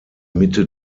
mitte